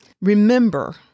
Remember